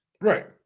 Right